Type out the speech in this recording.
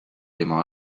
tema